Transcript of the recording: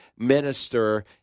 minister